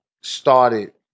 started